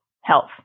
health